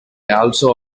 also